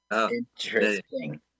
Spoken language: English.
Interesting